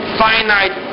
finite